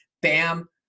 Bam